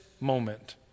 moment